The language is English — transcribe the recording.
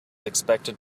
expected